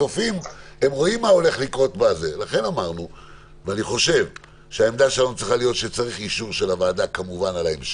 אז אמון הציבור הוא הדבר שצריך לעמוד בראש